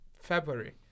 February